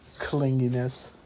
Clinginess